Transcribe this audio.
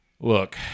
Look